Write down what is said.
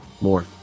More